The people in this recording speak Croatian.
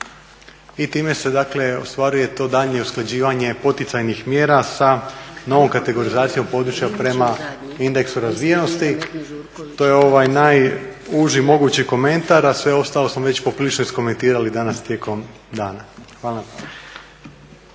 I time se dakle ostvaruje to daljnje usklađivanje poticajnih mjera sa novom kategorizacijom područja prema indeksu razvijenosti. To je ovaj najuži mogući komentar a sve ostalo smo već poprilično iskomentirali danas tijekom dana. Hvala.